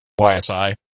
ysi